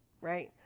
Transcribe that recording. right